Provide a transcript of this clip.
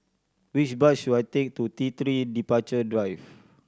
which bus should I take to T Three Departure Drive